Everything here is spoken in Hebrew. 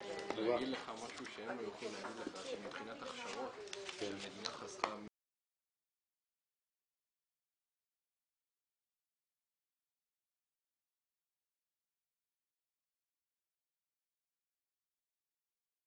הישיבה ננעלה בשעה 11:25.